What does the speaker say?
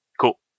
Cool